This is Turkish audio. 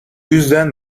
yüzden